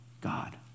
God